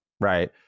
right